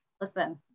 listen